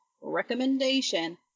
recommendation